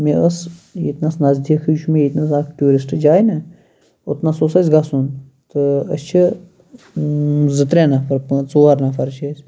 مےٚ ٲسۍ ییٚتنَس نَزدیٖکھٕے چھُ مےٚ ییٚتنَس اکھ ٹیورِسٹ جاے نہَ اۄتنَس اوس اَسہِ گَژھُن تہٕ أسۍ چھِ زٕ ترٛےٚ نَفَر پانٛژھ ژور نَفَر چھِ أسۍ